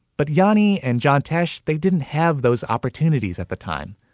but yonni and john tesh, they didn't have those opportunities at the time.